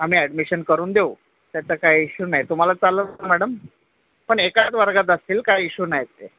आम्ही ॲडमिशन करून देऊ त्याचा काय इश्यू नाही तुम्हाला चालंल ना मॅडम पण एकाच वर्गात असतील काय इश्यू नाही आहेत ते